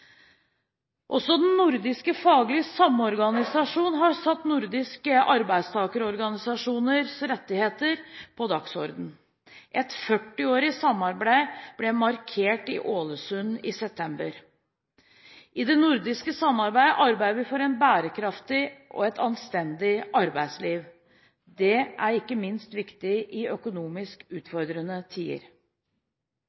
Også den nordiske faglige samorganisasjonen har satt nordiske arbeidstakerorganisasjoners rettigheter på dagsordenen. Et 40-årig samarbeid ble markert i Ålesund i september. I det nordiske samarbeidet arbeider vi for et bærekraftig og anstendig arbeidsliv. Det er ikke minst viktig i økonomisk